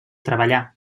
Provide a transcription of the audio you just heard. treballar